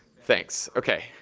thanks. ok,